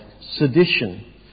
sedition